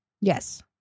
Yes